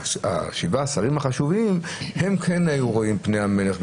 שבעה השרים החשובים הם כן היו רואים את פני המלך,